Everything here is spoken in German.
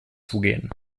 zugehen